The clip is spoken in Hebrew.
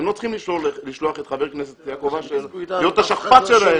הם לא צריכים לשלוח את חבר הכנסת יעקב אשר להיות השכפ"ץ שלהם.